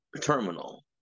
terminal